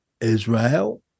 Israel